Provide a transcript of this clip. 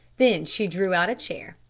then she drew out a chair,